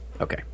Okay